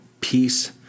peace